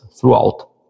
throughout